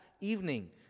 evening